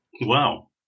Wow